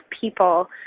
people